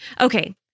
Okay